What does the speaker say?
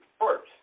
first